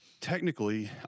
technically